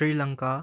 Sri Lanka